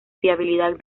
fiabilidad